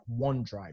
OneDrive